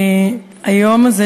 היום הזה,